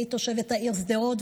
אני תושבת העיר שדרות,